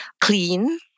clean